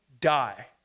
die